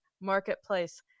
marketplace